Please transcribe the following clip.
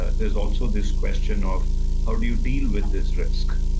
there's also this question of how do you deal with this risk?